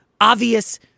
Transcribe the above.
obvious